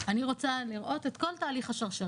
עוד הפעם, אני רוצה לראות את כל תהליך השרשרת.